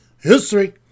history